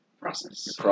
process